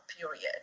period